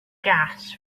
gas